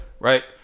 Right